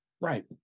Right